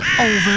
over